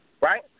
Right